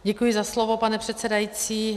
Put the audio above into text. Děkuji za slovo, pane předsedající.